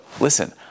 listen